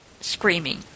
screaming